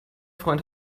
freund